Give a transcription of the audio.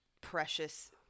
precious